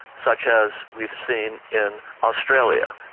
such as we've seen in australia.